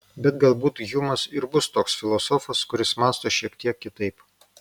bet galbūt hjumas ir bus toks filosofas kuris mąsto šiek tiek kitaip